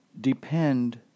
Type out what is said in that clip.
depend